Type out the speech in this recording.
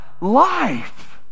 Life